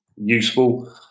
useful